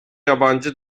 yabancı